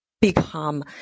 become